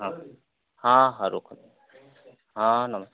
ହଁ ହଁ ହଁ ରଖନ୍ତୁ ହଁ ନମସ୍କାର